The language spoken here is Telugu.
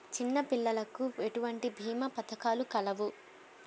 చిన్నపిల్లలకు ఎటువంటి భీమా పథకాలు కలవు?